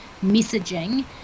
messaging